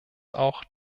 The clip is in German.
auch